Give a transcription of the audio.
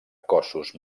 cossos